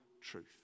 truth